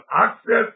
access